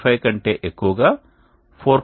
55 కంటే ఎక్కువగా 4